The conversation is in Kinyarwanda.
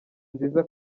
nziza